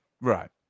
Right